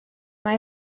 mae